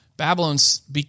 Babylon's